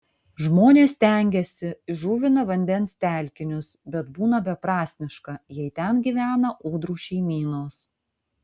žmonės stengiasi įžuvina vandens telkinius bet būna beprasmiška jei ten gyvena ūdrų šeimynos